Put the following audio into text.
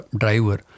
driver